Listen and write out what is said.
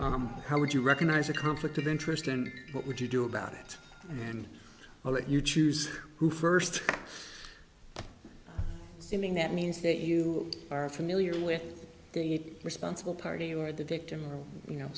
so how would you recognize a conflict of interest and what would you do about it and i'll let you choose who first simming that means that you are familiar with the responsible party or the victim or you know